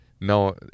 No